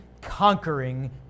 conquering